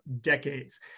decades